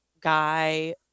guy